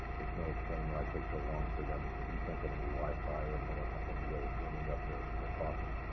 which may explain why it takes so long for them to you can't get any wifi and they don't have any way or ringing up your your coffee.